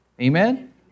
amen